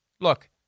look